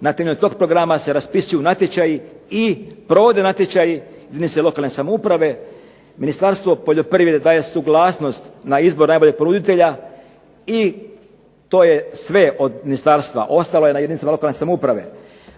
Na temelju tog programa se raspisuju natječaji i provode natječaji u jedinicama lokalne samouprave, Ministarstvo poljoprivrede daje suglasnost na izbor najboljeg ponuditelja i to je sve od ministarstva. Ostalo je na jedinicama lokalne samouprave.